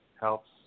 helps